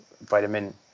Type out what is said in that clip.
Vitamin